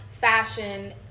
fashion